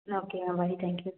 okay ma'am very thank you